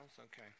Okay